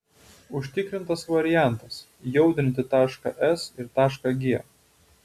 užtikrintas variantas jaudrinti tašką s ir tašką g